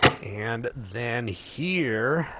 and then hear